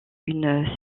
une